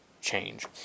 change